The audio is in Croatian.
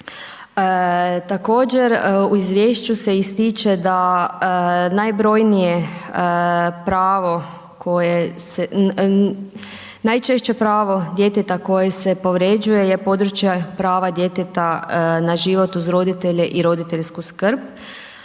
Također u izvješću se ističe da najbrojnije pravo koje se, najčešće pravo djeteta koje se povrjeđuje je područje prava djeteta na život uz roditelje i roditeljsku skrb.